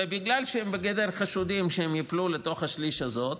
ובגלל שהם בגדר חשודים שהם יפלו לתוך השליש הזה,